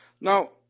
Now